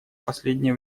последнее